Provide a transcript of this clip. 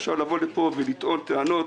לבוא לפה, לטעון טענות